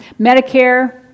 Medicare